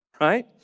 right